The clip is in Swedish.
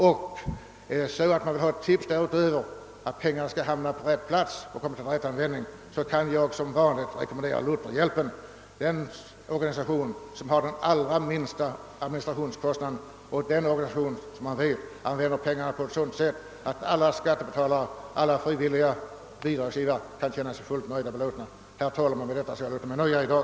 Om någon vill ha tips därutöver om hur pengarna skall hamna på rätt plats och komma till rätt användning, kan jag som vanligt rekommendera Lutherhjälpen, den organisation som har de minsta administrationskostnaderna. Lutherhjälpen använder pengarna på ett sådant sätt att både skattebetalare och frivilliga bidragsgivare kan känna sig helt belåtna. Herr talman! Med detta skall jag låta mig nöja i dag.